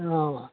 ಹಾಂ